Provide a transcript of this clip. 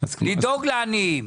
לדאוג לעניים.